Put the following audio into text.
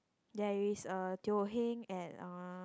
there is a Teo-Heng at uh